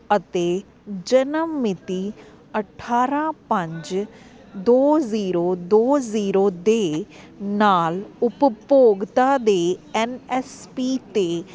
ਅਤੇ ਜਨਮ ਮਿਤੀ ਅਠਾਰਾਂ ਪੰਜ ਦੋ ਜ਼ੀਰੋ ਦੋ ਜ਼ੀਰੋ ਦੇ ਨਾਲ ਉਪਭੋਗਤਾ ਦੇ ਐੱਨ ਐੱਸ ਪੀ ਤੇ